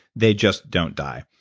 they just don't die.